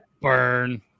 Burn